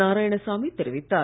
நாராயணசாமி தெரிவித்தார்